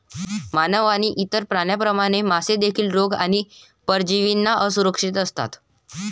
मानव आणि इतर प्राण्यांप्रमाणे, मासे देखील रोग आणि परजीवींना असुरक्षित असतात